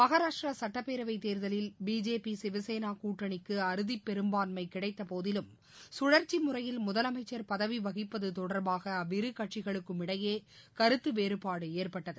மகாராஷ்டிரா சட்டப்பேரவைத் தேர்தலில் பிஜேபி சிவசேனா கூட்டணிக்கு அறுதிப்பெரும்பான்னம கிடைத்தபோதிலும் சுழற்சிமுறையில் முதலமைச்சர் பதவி வகிப்பது தொடர்பாக அவ்விரு கட்சிகளுக்கும் இடையே கருத்துவேறுபாடு ஏற்பட்டது